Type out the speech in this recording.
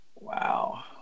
Wow